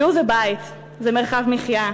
דיור זה בית, זה מרחב מחיה,